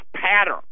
pattern